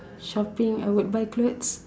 shopping I would buy clothes